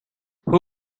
who